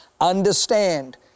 Understand